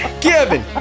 Kevin